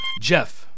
Jeff